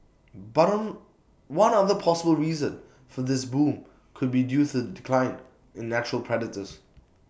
but one other possible reason for this boom could be due to the decline in natural predators